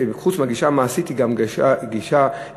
שחוץ מזה שהיא גישה מעשית היא גם גישה ערכית.